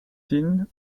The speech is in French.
tin